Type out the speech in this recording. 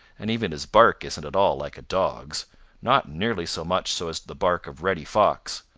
and even his bark isn't at all like a dog's not nearly so much so as the bark of reddy fox.